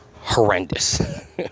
horrendous